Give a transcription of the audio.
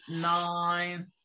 nine